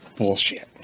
Bullshit